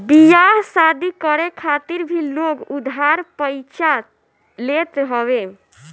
बियाह शादी करे खातिर भी लोग उधार पइचा लेत हवे